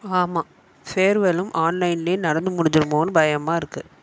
ஆமாம் ஃபேர்வெலும் ஆன்லைன்லையே நடந்து முடிஞ்சுருமோன்னு பயமாக இருக்கு